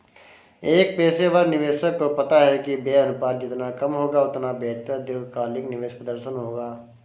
एक पेशेवर निवेशक को पता है कि व्यय अनुपात जितना कम होगा, उतना बेहतर दीर्घकालिक निवेश प्रदर्शन होगा